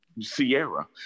sierra